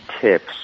tips